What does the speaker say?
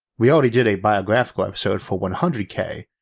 we already did a biographical episode for one hundred k,